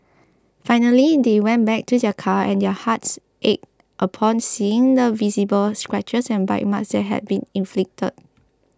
finally they went back to their car and their hearts ached upon seeing the visible scratches and bite marks that had been inflicted